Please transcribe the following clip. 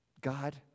God